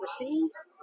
overseas